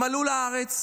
הם עלו לארץ.